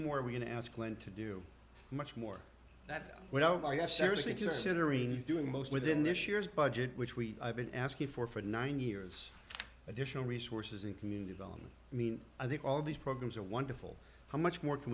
more we're going to ask when to do much more that we have i guess seriously considering doing most within this year's budget which we have been asking for for nine years additional resources in community development i mean i think all these programs are wonderful how much more can